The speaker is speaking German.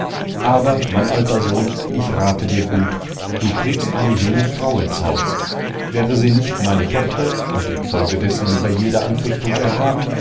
aber mein alter sohn ich rate dir gut du kriegst eine junge frau ins haus wäre sie nicht meine tochter und infolgedessen über jede anfechtung erhaben